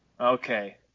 Okay